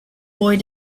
boy